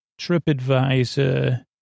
TripAdvisor